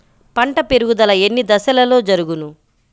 పంట పెరుగుదల ఎన్ని దశలలో జరుగును?